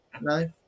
no